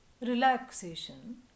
Relaxation